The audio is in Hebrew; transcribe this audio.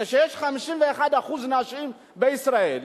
כשיש 51% נשים בישראל,